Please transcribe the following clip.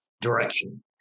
direction